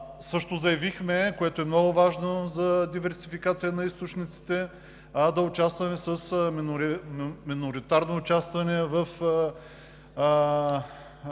Също заявихме, което е много важно за диверсификация на източниците, миноритарно участие в